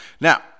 Now